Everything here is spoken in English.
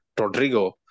Rodrigo